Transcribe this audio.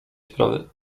sprawy